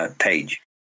page